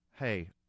hey